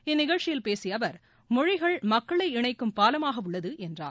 இந்நிகழ்ச்சியில் பேசிய அவர் மொழிகள் மக்களை இணைக்கும் பாலமாக உள்ளது என்றார்